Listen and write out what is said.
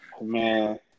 man